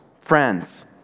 friends